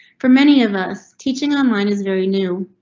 for many of us. teaching on line is very new.